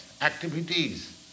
activities